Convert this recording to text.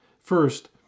First